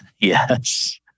Yes